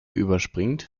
überspringt